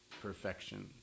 perfection